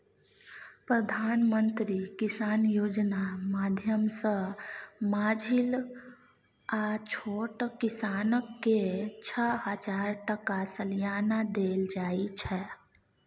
प्रधानमंत्री किसान योजना माध्यमसँ माँझिल आ छोट किसानकेँ छअ हजार टका सलियाना देल जाइ छै